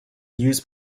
used